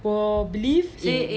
我 believe they